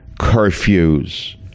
curfews